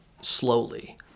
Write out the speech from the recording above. slowly